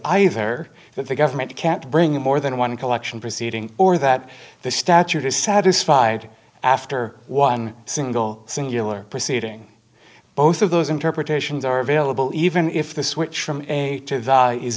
either that the government can't bring in more than one collection proceeding or that the statute is satisfied after one single singular proceeding both of those interpretations are available even if the switch from a is